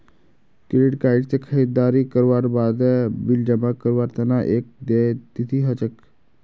credit card स खरीददारी करवार बादे बिल जमा करवार तना एक देय तिथि ह छेक